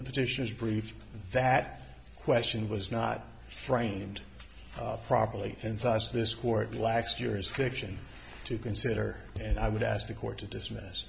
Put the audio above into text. the petition is proof that question was not framed properly and such this court last year is fiction to consider and i would ask the court to dismiss